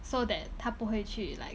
so that 它不会去 like